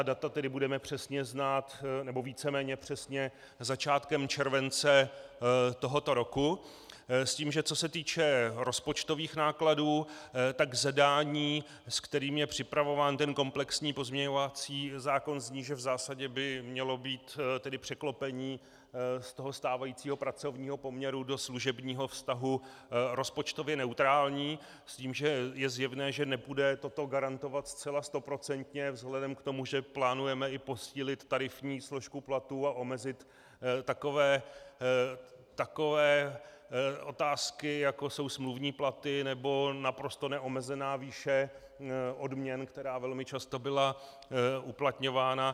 Data budeme přesně znát, nebo víceméně přesně, začátkem července tohoto roku, s tím, že co se týče rozpočtových nákladů, tak zadání, se kterým je připravován komplexní pozměňovací zákon, zní, že v zásadě by mělo být překlopení ze stávajícího pracovního poměru do služebního vztahu rozpočtově neutrální, s tím, že je zjevné, že nebude toto garantovat zcela stoprocentně vzhledem k tomu, že plánujeme i posílit tarifní složku platů a omezit takové otázky, jako jsou smluvní platy nebo naprosto neomezená výše odměn, která velmi často byla uplatňována.